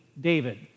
David